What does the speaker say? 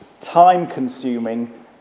Time-consuming